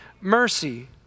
mercy